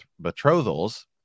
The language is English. betrothals